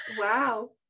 Wow